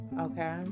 okay